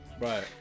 Right